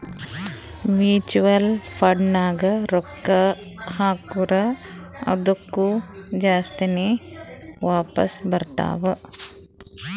mutual ಫಂಡ್ನಾಗ್ ರೊಕ್ಕಾ ಹಾಕುರ್ ಅದ್ದುಕ ಜಾಸ್ತಿನೇ ವಾಪಾಸ್ ಬರ್ತಾವ್